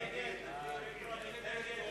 אלקטרונית, בבקשה.